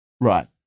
Right